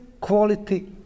quality